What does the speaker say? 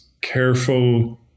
careful